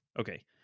Okay